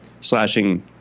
slashing